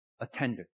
Attender